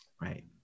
Right